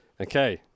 okay